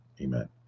Amen